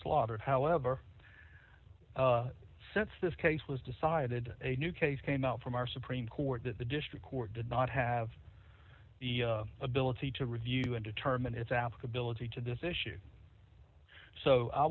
slaughtered however since this case was decided a new case came out from our supreme court that the district court did not have the ability to review and determine its applicability to this issue so i